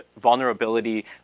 vulnerability